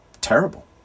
terrible